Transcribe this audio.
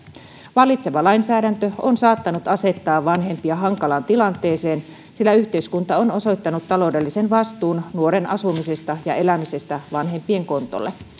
vallitseva lainsäädäntö on saattanut asettaa vanhempia hankalaan tilanteeseen sillä yhteiskunta on osoittanut taloudellisen vastuun nuoren asumisesta ja elämisestä vanhempien kontolle